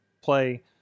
Play